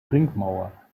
ringmauer